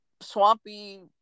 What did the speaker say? swampy